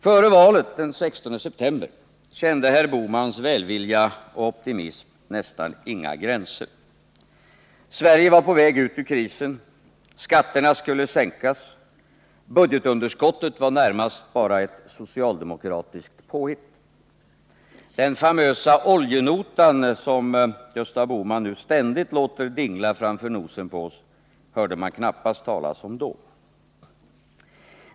Före valet den 16 september kände herr Bohmans välvilja och optimism nästan inga gränser. Sverige var på väg ut ur krisen, skatterna skulle sänkas, budgetunderskottet var närmast bara ett socialdemokratiskt påhitt. Den famösa oljenotan, som Gösta Bohman ständigt låter dingla framför nosen på oss, hörde man knappast talas om då.